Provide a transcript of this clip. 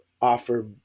offer